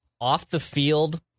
off-the-field